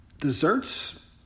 desserts